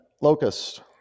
Locust